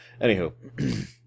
Anywho